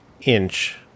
inch